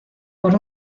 por